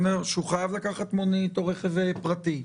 שהוא חייב לקחת מונית או רכב פרטי,